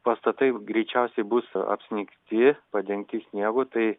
pastatai greičiausiai bus apsnigti padengti sniegu tai